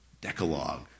Decalogue